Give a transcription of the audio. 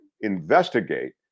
investigate